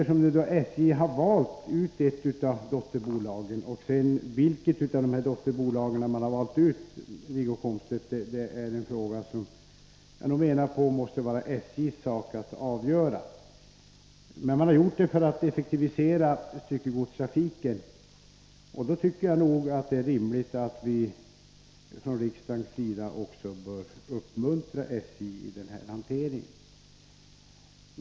SJ har valt ut ett av sina dotterbolag — vilket av dessa dotterbolag som skulle väljas ut anser jag, Wiggo Komstedt, måste vara SJ:s sak att avgöra — för att effektivisera styckegodstrafiken. Då tycker jag att det är rimligt att man från riksdagens sida uppmuntrar SJ i denna verksamhet.